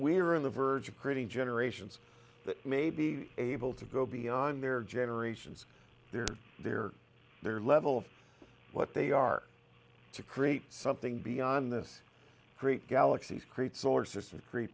we're on the verge of creating generations that may be able to go beyond their generation their their their level what they are to create something beyond the great galaxy great solar system pre